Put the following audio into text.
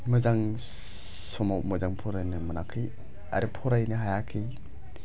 मोजां समाव मोजां फरायनो मोनाखै आरो फरायनो हायाखै